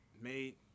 made